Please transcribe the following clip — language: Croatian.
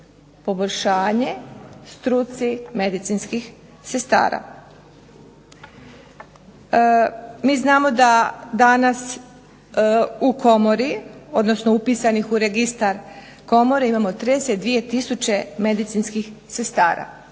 poboljšanje struci medicinskih sestara. MI znamo da danas upisanih u registar Komore imamo 32 tisuće medicinskih sestara,